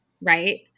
right